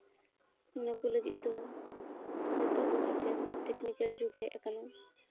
ᱚᱱᱟ ᱠᱚ ᱞᱟᱹᱜᱤᱫ ᱫᱚ ᱱᱤᱛᱚᱜ ᱫᱚ ᱮᱠᱮᱱ ᱴᱮᱠᱱᱤᱠᱮᱞ ᱡᱩᱜᱽ ᱦᱮᱡ ᱟᱠᱟᱱᱟ